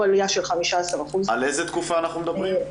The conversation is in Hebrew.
עלייה של 15%. על איזה תקופה אנחנו מדברים?